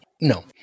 No